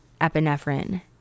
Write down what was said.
epinephrine